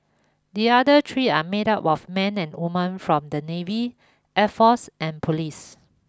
the other three are made up of men and woman from the navy air force and police